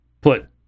put